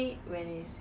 他的 girlfriend